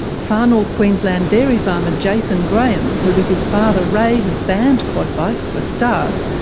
far north queensland dairy farmer jason graham, who with his father ray has banned quad bikes for staff,